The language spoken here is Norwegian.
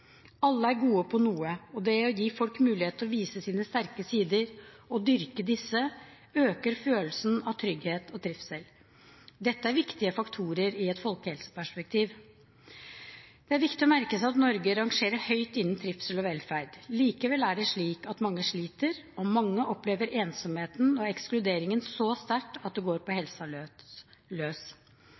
Alle er gode på noe, og det å gi folk mulighet til å vise sine sterke sider og dyrke disse øker følelsen av trygghet og trivsel. Dette er viktige faktorer i et folkehelseperspektiv. Det er viktig å merke seg at Norge rangerer høyt innen trivsel og velferd. Likevel er det slik at mange sliter, og mange opplever ensomheten og ekskluderingen så sterkt at det går på helsa løs.